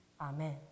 Amen